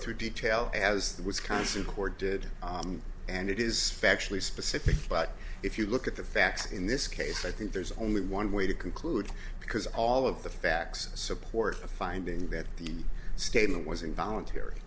through detail as the wisconsin court did and it is factually specific but if you look at the facts in this case i think there's only one way to conclude because all of the facts support a finding that the statement was involuntary